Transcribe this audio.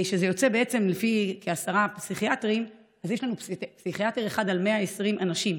ולפי 10 פסיכיאטרים זה יוצא פסיכיאטר אחד על 120 אנשים.